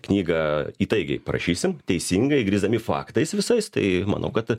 knyga įtaigiai parašysim teisingai grįsdami faktais visais tai manau kad